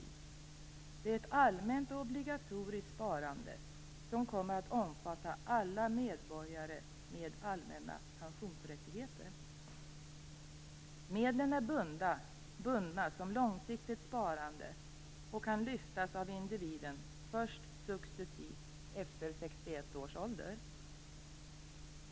Det är ett allmänt och obligatoriskt sparande som kommer att omfatta alla medborgare med allmänna pensionsrättigheter. Medlen är bundna som långsiktigt sparande och kan lyftas av individen först successivt efter 61 års ålder.